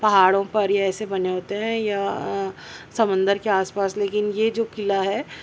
پہاڑوں پر یا ایسے بنے ہوتے ہیں یا سمندر کے آس پاس لیکن یہ جو قلعہ ہے